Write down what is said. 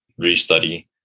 restudy